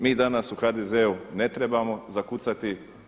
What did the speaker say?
Mi danas u HDZ-u ne trebamo zakucati.